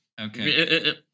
Okay